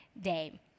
day